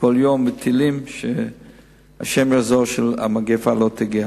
כל יום -בתהילים, שהשם יעזור שהמגפה לא תגיע.